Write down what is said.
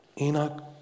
Enoch